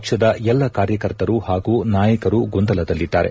ಪಕ್ಷದ ಎಲ್ಲ ಕಾರ್ಯಕರ್ತರು ಹಾಗೂ ನಾಯಕರು ಗೊಂದಲದಲ್ಲಿದ್ದಾರೆ